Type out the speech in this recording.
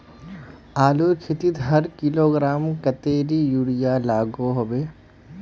आलूर खेतीत हर किलोग्राम कतेरी यूरिया लागोहो होबे?